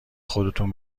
خودتون